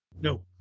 no